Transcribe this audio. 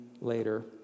later